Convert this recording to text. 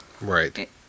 Right